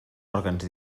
òrgans